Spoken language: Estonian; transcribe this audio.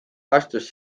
astus